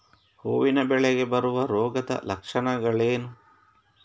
ಹೂವಿನ ಬೆಳೆಗೆ ಬರುವ ರೋಗದ ಲಕ್ಷಣಗಳೇನು?